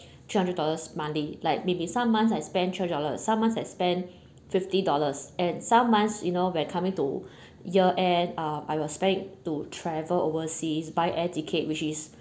three hundred dollars monthly like maybe some month I spend three hundred dollar some months I spend fifty dollars and some months you know when coming to year end uh I will spend to travel overseas buy air ticket which is